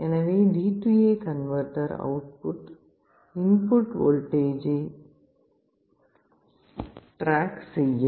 எனவே DA converter output input வோல்டேஜை track செய்யும்